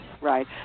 Right